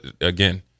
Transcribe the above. again